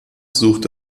suchte